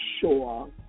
sure